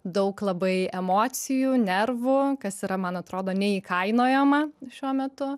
daug labai emocijų nervų kas yra man atrodo neįkainojama šiuo metu